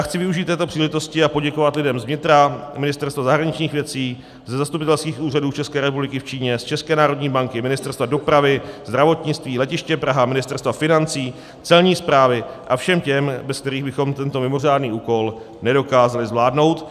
Chci využít této příležitosti a poděkovat lidem z vnitra, Ministerstva zahraničních věcí, ze zastupitelských úřadů České republiky v Číně, z České národní banky, Ministerstva dopravy, zdravotnictví, letiště Praha, Ministerstva financí, Celní správy a všem těm, bez kterých bychom tento mimořádný úkol nedokázali zvládnout.